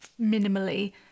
minimally